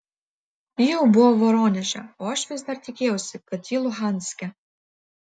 ji jau buvo voroneže o aš vis dar tikėjausi kad ji luhanske